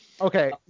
Okay